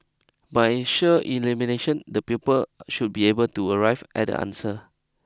by sheer elimination the pupils should be able to arrive at the answer